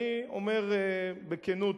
אני אומר בכנות,